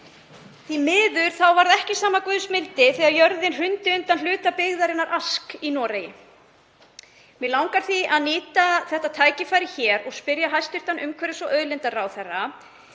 Því miður varð ekki sama guðs mildi þegar jörðin hrundi undan hluta byggðarinnar Ask í Noregi. Mig langar því að nýta þetta tækifæri hér og spyrja hæstv. umhverfis- og auðlindaráðherra: